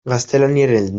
gaztelaniaren